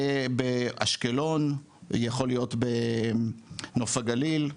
באשקלון, יכול להיות בנוף הגליל.